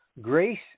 grace